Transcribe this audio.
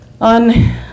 On